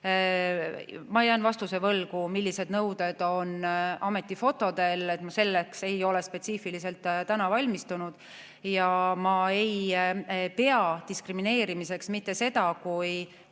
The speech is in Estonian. Ma jään vastuse võlgu, millised nõuded on ametifotodel, ma selleks ei ole spetsiifiliselt täna valmistunud. Ma ei pea diskrimineerimiseks seda, kui